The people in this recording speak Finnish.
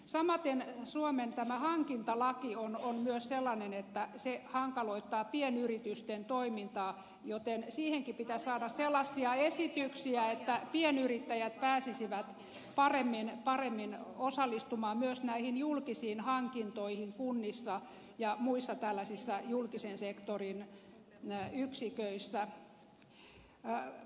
samaten suomen hankintalaki on myös sellainen että se hankaloittaa pienyritysten toimintaa joten siihenkin pitäisi saada sellaisia esityksiä että pienyrittäjät pääsisivät paremmin osallistumaan myös näihin julkisiin hankintoihin kunnissa ja muissa tällaisissa julkisen sektorin yksiköissä